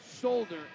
shoulder